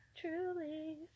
Truly